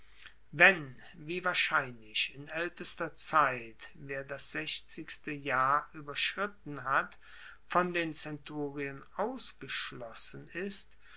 wenn wie wahrscheinlich in aeltester zeit wer das sechzigste jahr ueberschritten hat von den zenturien ausgeschlossen ist